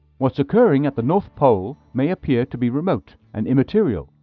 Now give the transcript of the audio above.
what's occurring at the north pole may appear to be remote and immaterial,